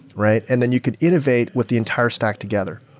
right? and then you could innovate with the entire stack together.